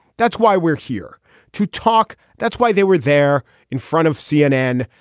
that's why we're here to talk. that's why they were there in front of cnn.